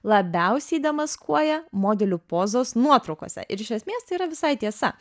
labiausiai demaskuoja modelių pozos nuotraukose ir iš esmės tai yra visai tiesa